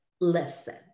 listen